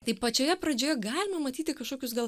tai pačioje pradžioje galima matyti kažkokius gal